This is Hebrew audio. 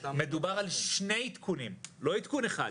מדובר על שני עדכונים, לא עדכון אחד.